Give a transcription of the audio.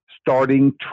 starting